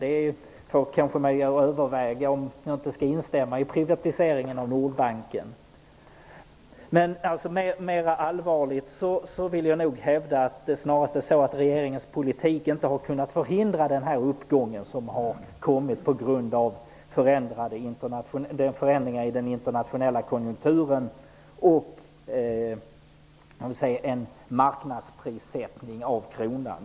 Det får mig nästan att överväga att instämma i behovet av privatiseringen av För att vara mer allvarlig vill jag hävda att regeringens politik inte har kunnat förhindra den uppgång som har uppstått på grund av förändringar i den internationella konjunkturen och en marknadsprissättning av kronan.